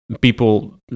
people